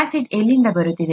acid ಎಲ್ಲಿಂದ ಬರುತ್ತಿದೆ